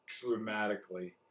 dramatically